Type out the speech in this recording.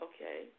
Okay